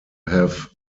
have